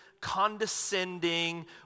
condescending